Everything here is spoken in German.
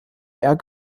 mehr